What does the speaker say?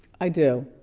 i do.